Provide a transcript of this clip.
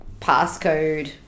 passcode